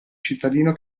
cittadino